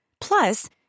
Plus